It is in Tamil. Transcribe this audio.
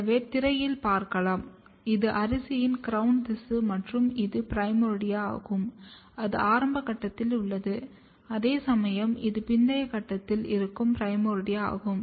எனவே திரையில் பார்க்கலாம் இது அரிசியின் கிரௌன் திசு மற்றும் இது ஒரு பிரைமோர்டியா ஆகும் இது ஆரம்ப கட்டத்தில் உள்ளது அதேசமயம் இது பிந்திய கட்டத்தில் இருக்கும் பிரைமோர்டியா ஆகும்